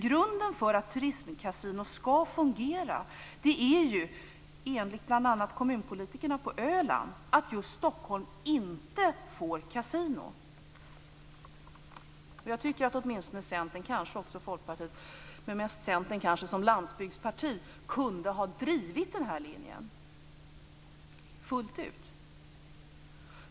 Grunden för att turistkasino skall fungera är ju, enligt bl.a. kommunpolitikerna på Öland, att just Stockholm inte får kasino. Jag tycker att åtminstone Centern, kanske också Folkpartiet men mest Centern som landsbygdsparti, borde ha kunnat driva denna linje fullt ut.